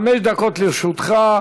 חמש דקות לרשותך.